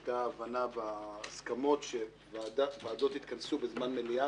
היתה הבנה בהסכמות שוועדות יתכנסו בזמן מליאה